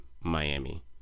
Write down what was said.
Miami